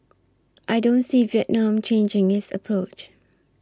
I don't see Vietnam changing its approach